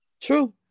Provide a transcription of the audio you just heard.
True